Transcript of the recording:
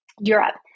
Europe